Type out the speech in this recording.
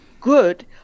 good